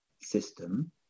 system